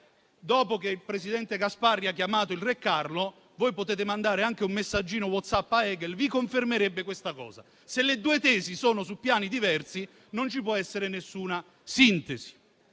Dopo che il presidente Gasparri ha chiamato il re Carlo, voi potete mandare anche un messaggino WhatsApp a Hegel, ve lo confermerebbe. Se le due tesi sono su piani diversi, non ci può essere alcuna sintesi.